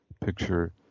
picture